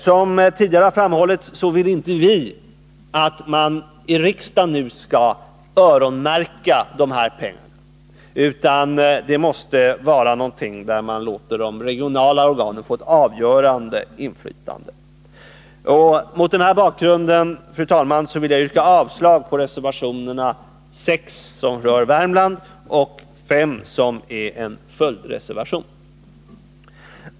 Som tidigare framhållits vill inte vi att riksdagen nu skall öronmärka de här pengarna, utan man måste låta de regionala organen få det avgörande inflytandet. Mot den här bakgrunden, fru talman, vill jag yrka avslag på reservation 6, som rör Värmland, och reservation 5, som är en följdreservation.